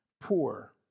poor